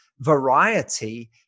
variety